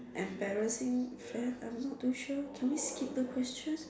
embarrassing fad I'm not to sure can we skip the question